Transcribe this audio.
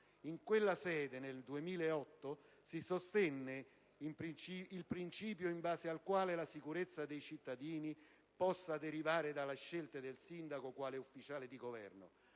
In quella sede, nel 2008, si sostenne il principio in base al quale la sicurezza dei cittadini possa derivare dalla scelta del sindaco quale ufficiale di Governo.